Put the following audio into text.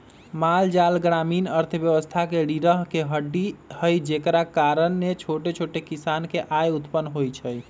माल जाल ग्रामीण अर्थव्यवस्था के रीरह के हड्डी हई जेकरा कारणे छोट छोट किसान के आय उत्पन होइ छइ